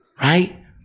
Right